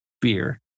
beer